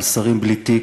על שרים בלי תיק,